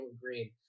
Green